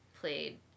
played